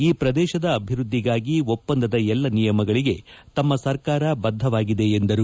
ಈ ಪ್ರದೇಶದ ಅಭಿವೃದ್ಧಿಗಾಗಿ ಒಪ್ಪಂದದ ಎಲ್ಲ ನಿಯಮಗಳಿಗೆ ತಮ್ಮ ಸರ್ಕಾರ ಬದ್ಧವಾಗಿದೆ ಎಂದರು